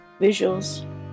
visuals